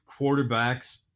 quarterbacks